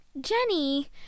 Jenny